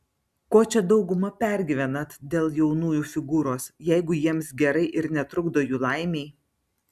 ko čia dauguma pergyvenat dėl jaunųjų figūros jeigu jiems gerai ir netrukdo jų laimei